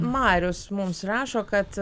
marius mums rašo kad